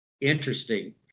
interesting